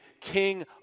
king